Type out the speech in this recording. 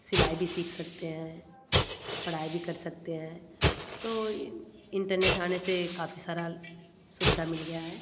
सिलाई भी सीख सकते हैं पढ़ाई भी कर सकते हैं तो यह इंटरनेट आने से काफ़ी सारा सुविधा मिल गया है